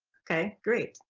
okay great,